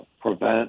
prevent